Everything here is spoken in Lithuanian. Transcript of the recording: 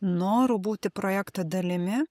noru būti projekto dalimi